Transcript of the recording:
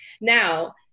Now